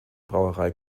brauerei